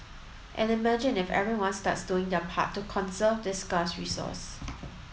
and imagine if everyone starts doing their part to conserve this scarce resource